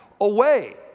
away